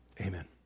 Amen